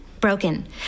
broken